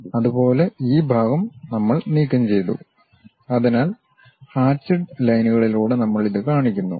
അതുപോലെ ഈ ഭാഗം നമ്മൾ നീക്കംചെയ്തു അതിനാൽ ഹാചിഡ് ലൈനുകളിലൂടെ നമ്മൾ ഇത് കാണിക്കുന്നു